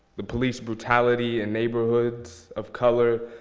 the police brutality in neighborhoods of color,